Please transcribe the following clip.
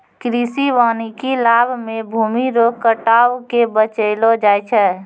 कृषि वानिकी लाभ मे भूमी रो कटाव के बचैलो जाय छै